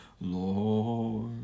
Lord